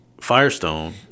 Firestone